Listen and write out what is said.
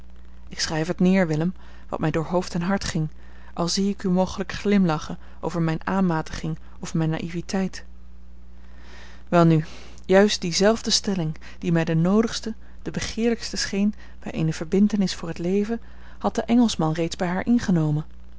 ik schrijf het neer willem wat mij door hoofd en hart ging al zie ik u mogelijk glimlachen over mijne aanmatiging of mijne naïviteit welnu juist diezelfde stelling die mij de noodigste de begeerlijkste scheen bij eene verbintenis voor het leven had de engelschman reeds bij haar ingenomen